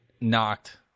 knocked